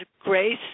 Grace